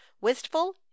wistful